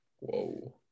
whoa